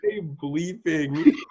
bleeping